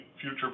future